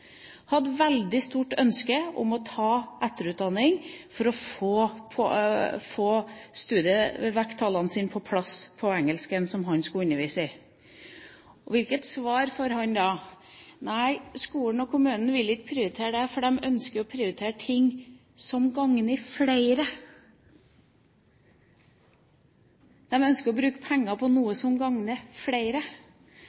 hadde et veldig stort ønske om å ta etterutdanning for å få på plass studievekttallene sine i engelsk, som han skulle undervise i. Hvilket svar får han da? Nei, skolen og kommunen vil ikke prioritere det. De ønsker å prioritere ting som gagner flere. De ønsker å bruke penger på noe